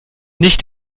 nicht